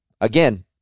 again